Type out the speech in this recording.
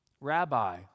Rabbi